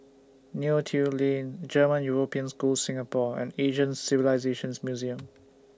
Neo Tiew Lane German European School Singapore and Asian Civilisations Museum